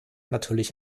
natürlich